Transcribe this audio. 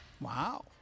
Wow